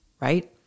Right